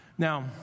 Now